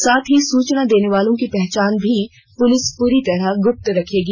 साथ ही सूचना देने वाले की पहचान भी पुलिस पूरी तरह से गुप्त रखेगी